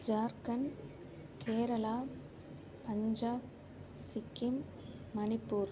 Jharkhand Kerala Punjab Sikkim Manipur